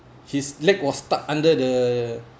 his leg was stuck under the